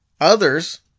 Others